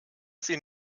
sie